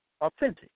Authentic